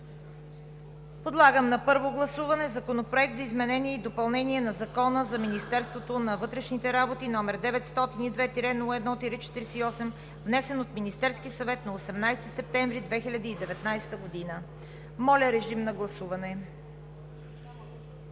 Подлагам на първо гласуване Законопроект за изменение и допълнение на Закона за Министерството на вътрешните работи, № 902-01-48, внесен от Министерския съвет на 18 септември 2019 г. Гласували